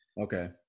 Okay